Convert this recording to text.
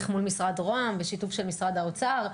מול משרד רוה"מ בשיתוף של משרד האוצר,